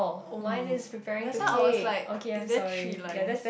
oh um that's why I was like is there three lines